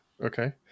okay